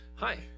Hi